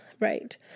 Right